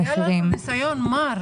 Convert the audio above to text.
היה לנו ניסיון מר